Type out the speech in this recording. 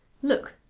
look,